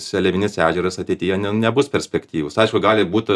seliavinis ežeras ateityje ne nebus perspektyvūs aišku gali būt